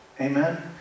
Amen